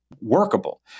workable